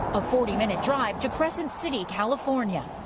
a forty minute drive to crescent city, california,